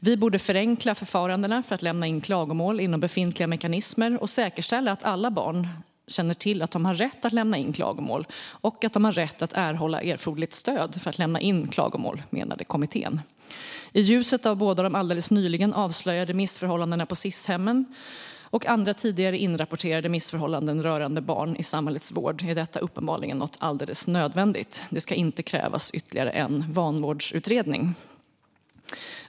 Vi borde förenkla förfarandena för att lämna in klagomål inom befintliga mekanismer och säkerställa att alla barn känner till att de har rätt att lämna in klagomål och att erhålla erforderligt stöd för att lämna in klagomål, menade kommittén. I ljuset av både de alldeles nyligen avslöjade missförhållandena på Sis-hemmen och andra tidigare inrapporterade missförhållanden rörande barn i samhällets vård är detta uppenbarligen något alldeles nödvändigt. Det ska inte krävas ytterligare en vanvårdsutredning.